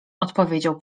odpowiedział